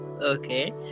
okay